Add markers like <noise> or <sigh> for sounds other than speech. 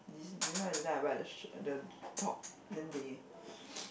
it's do you know that time I buy the shirt the top then they <noise>